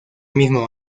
mismo